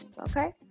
okay